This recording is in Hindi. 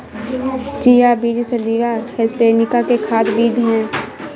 चिया बीज साल्विया हिस्पैनिका के खाद्य बीज हैं